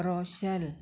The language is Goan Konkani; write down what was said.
रोशल